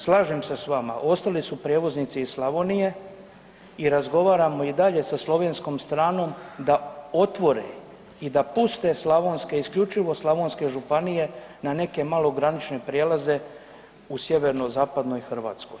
Slažem se s vama, ostali su prijevoznici iz Slavonije i dalje razgovaramo sa slovenskom stranom da otvore i da puste slavonske, isključivo slavonske županije na neke malogranične prijelaze u Sjeverozapadnoj Hrvatskoj.